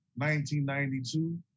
1992